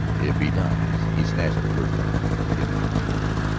if he dies he snatched the words from her it will be murder.